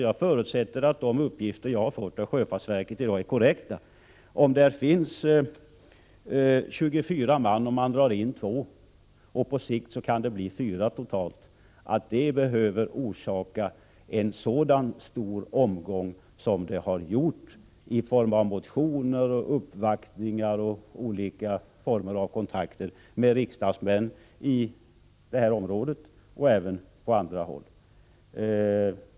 Jag förutsätter då att de uppgifter som jag har fått från sjöfartsverket är korrekta. Om man minskar styrkan, det rör sig om 24 man, med 2 stycken — på sikt kan det bli en minskning med totalt 4 stycken — skall det väl ändå inte behöva få sådana här konsekvenser. Jag tänker då på den stora omgången med motioner, uppvaktningar och olika kontakter med riksdagsmän från berörda områden och även från andra håll.